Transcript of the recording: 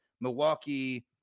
Milwaukee